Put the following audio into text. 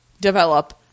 develop